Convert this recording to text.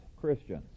Christians